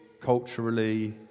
culturally